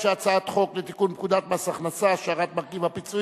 ההצעה להעביר את הצעת חוק לתיקון פקודת מס הכנסה (השארת מרכיב הפיצויים